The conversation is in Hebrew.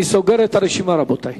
אני סוגר את הרשימה, רבותי.